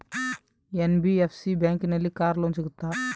NBFC ಬ್ಯಾಂಕಿನಲ್ಲಿ car loan ಸಿಗುತ್ತಾ?